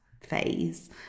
phase